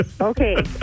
Okay